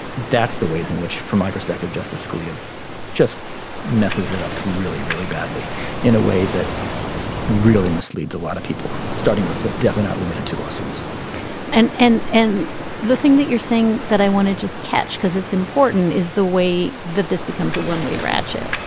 that's the ways in which from my perspective justice scalia just messes it up really really badly in a way that really misleads a lot of people starting with the but devil not limited to lawsuits and and and the thing that you're saying that i want to just catch because it's important is the way that this becomes a one way ratchet.